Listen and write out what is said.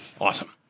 Awesome